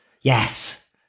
Yes